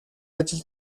ажил